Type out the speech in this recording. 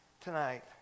tonight